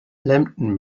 lambton